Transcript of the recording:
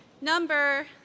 number